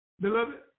beloved